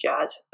jazz